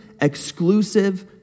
exclusive